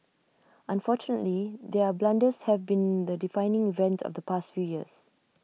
unfortunately their blunders have been the defining event of the past few years